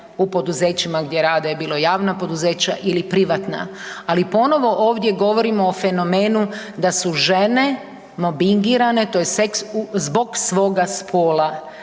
u poduzećima gdje rade, bilo javna poduzeća ili privatna, ali ponovo ovdje govorimo o fenomenu da su žene mobbingirane to jest seks u, zbog svoga spola,